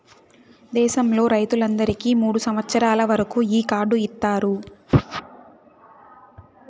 దేశంలో రైతులందరికీ మూడు సంవచ్చరాల వరకు ఈ కార్డు ఇత్తారు